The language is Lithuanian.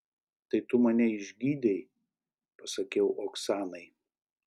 tai tu mane išgydei pasakiau oksanai